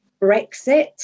Brexit